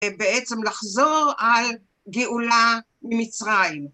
בעצם לחזור על גאולה ממצרים.